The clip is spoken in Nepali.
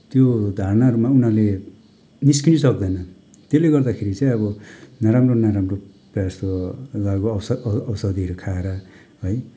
त्यो धारणाहरूमा पनि उनीहरूले निस्किनु सक्दैन त्यसले गर्दाखेरि चाहिँ अब नराम्रो नराम्रो प्राय जस्तो लागू औष औषधिहरू खाएर है